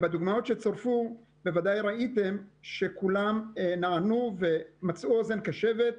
בדוגמאות שצורפו בוודאי ראיתם שכולן נענו ומצאו אוזן קשבת.